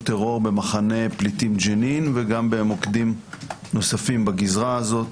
טרור במחנה פליטים ג'נין ובמוקדים נוספים בגזרה הזו.